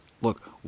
Look